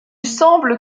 semble